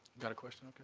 got a question